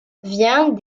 vient